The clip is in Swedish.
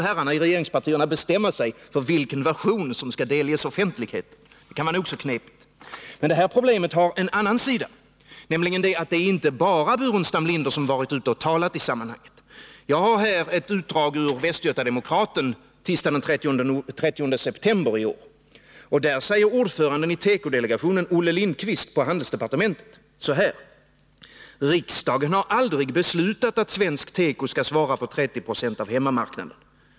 Herrarna i regeringspartierna får bestämma sig för vilken version som skall delges offentligheten — det kan vara nog så knepigt. Det här problemet har en annan sida. Det är nämligen inte bara herr Burenstam Linder som har varit ute och talat i detta sammanhang. Jag har här i min hand ett utdrag ur Västgöta-Demokraten tisdagen den 30 september i år, där ordföranden i tekodelegationen, Olle Lindqvist på handelsdepartementet, säger följande: ”Riksdagen har aldrig beslutat att svensk teko ska svara för 30 procent av hemmamarknaden.